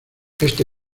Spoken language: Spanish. esta